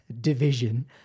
division